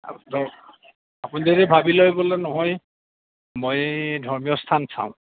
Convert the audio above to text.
আপুনি যদি ভাবি লয় বোলে নহয় মই ধৰ্মীয় স্থান চাওঁ